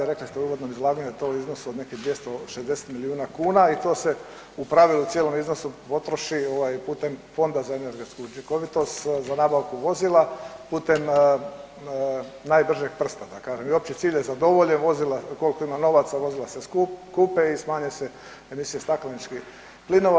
Rekli ste u uvodnom izlaganju to je u iznosu od nekih 260 milijuna kuna i to se u pravilu u cijelom iznosu potroši putem Fonda za energetsku učinkovitost za nabavku vozila putem najbržeg prsta da kažem i opći cilj je … [[ne razumije se]] vozila, koliko ima novaca vozila se kupe i smanje se emisije stakleničkih plinova.